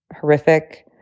horrific